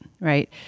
Right